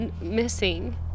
missing